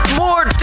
more